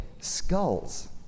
skulls